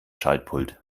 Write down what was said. schaltpult